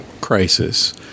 crisis